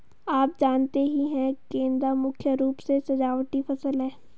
आप जानते ही है गेंदा मुख्य रूप से सजावटी फसल है